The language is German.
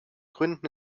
gründen